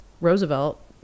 Roosevelt